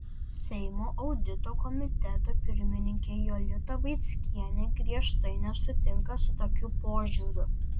seimo audito komiteto pirmininkė jolita vaickienė griežtai nesutinka su tokiu požiūriu